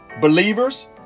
Believers